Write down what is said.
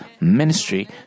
ministry